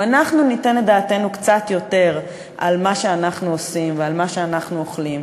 אם אנחנו ניתן דעתנו קצת יותר על מה שאנחנו עושים ועל מה שאנחנו אוכלים,